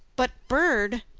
but, bird,